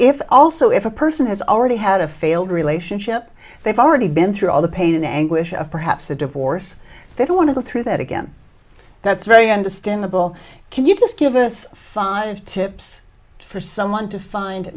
if also if a person has already had a failed relationship they've already been through all the pain and anguish of perhaps a divorce they don't want to go through that again that's very understandable can you just give us five tips for someone to find